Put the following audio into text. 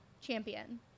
champion